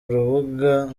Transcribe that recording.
urubuga